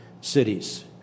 cities